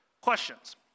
Questions